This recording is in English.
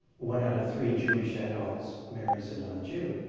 one out of three jewish adults marries a non-jew,